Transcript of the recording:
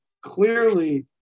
clearly